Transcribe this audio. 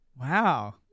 Wow